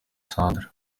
sandra